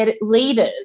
leaders